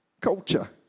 culture